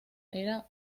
era